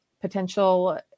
potential